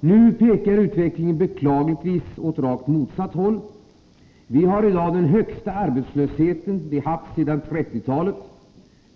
Nu pekar utvecklingen beklagligtvis åt rakt motsatt håll. Vi har i dag den högsta arbetslösheten sedan 1930-talet.